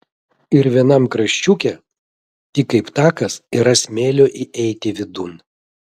ir vienam kraščiuke tik kaip takas yra smėlio įeiti vidun